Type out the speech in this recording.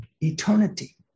eternity